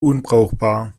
unbrauchbar